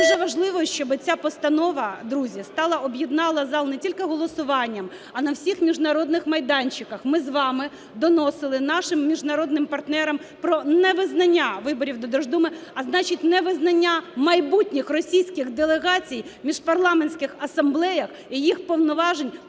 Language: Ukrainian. Дуже важливо, щоби ця постанова, друзі, стала… об' єднала зал не тільки голосуванням, а на всіх міжнародних майданчиках. Ми з вами доносили нашим міжнародним партнерам про невизнання виборів до Держдуми, а значить невизнання майбутніх російських делегацій в міжпарламентських асамблеях і їх повноважень,